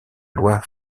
loi